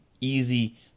easy